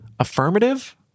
Affirmative